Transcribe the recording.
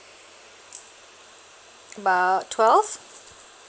about twelve